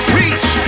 reach